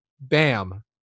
Bam